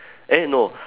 eh no